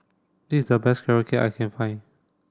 this is the best carrot cake I can find